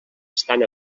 estan